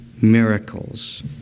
miracles